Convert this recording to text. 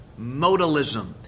Modalism